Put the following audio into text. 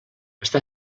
està